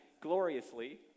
gloriously